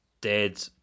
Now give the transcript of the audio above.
dead